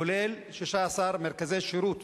כולל 13 מרכזי שירות,